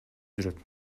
жүрөт